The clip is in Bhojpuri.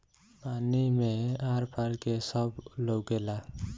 पानी मे आर पार के सब लउकेला